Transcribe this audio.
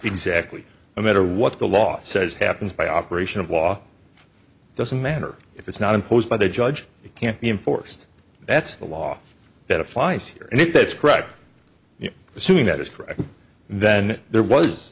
exactly a matter what the law says happens by operation of law doesn't matter if it's not imposed by the judge it can't be enforced that's the law that applies here and if that's correct assuming that is correct then there was